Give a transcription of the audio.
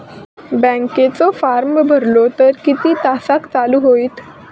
बँकेचो फार्म भरलो तर किती तासाक चालू होईत?